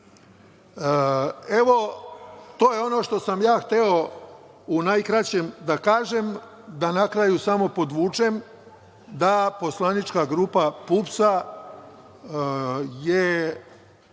to je ono što sam hteo u najkraćem da kažem, da na kraju samo podvučem da je poslanička grupa PUPS